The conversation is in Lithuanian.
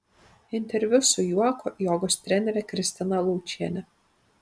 interviu su juoko jogos trenere kristina laučiene